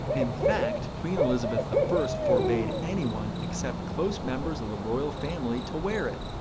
in fact, queen elizabeth the first forbade anyone except close members of the royal family to wear it.